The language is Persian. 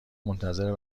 منتظر